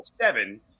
seven